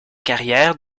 carrière